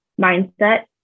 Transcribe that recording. mindset